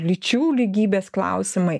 lyčių lygybės klausimai